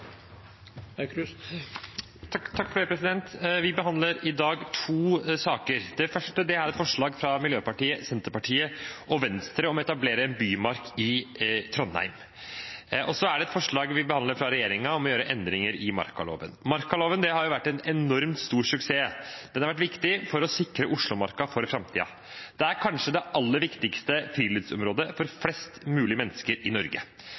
forslag fra Miljøpartiet De Grønne, Senterpartiet og Venstre om å etablere en bymarklov for Bymarka i Trondheim. Og så behandler vi et forslag fra regjeringen om å gjøre endringer i markaloven. Markaloven har vært en enormt stor suksess. Den har vært viktig for å sikre Oslomarka for framtiden. Det er kanskje det aller viktigste friluftsområdet for flest mulig mennesker i Norge.